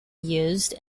used